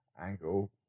angle